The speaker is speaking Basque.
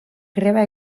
greba